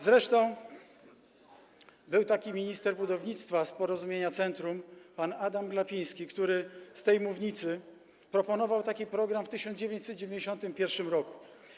Zresztą był taki minister budownictwa z Porozumienia Centrum pan Adam Glapiński, który z tej mównicy proponował taki program w 1991 r.